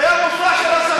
זה היה מופע של הסתה,